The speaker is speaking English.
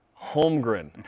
Holmgren